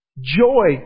Joy